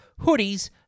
hoodies